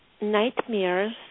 nightmares